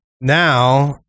now